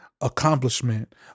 accomplishment